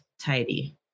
tidy